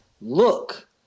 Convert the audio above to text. look